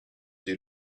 due